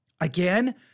Again